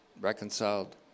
reconciled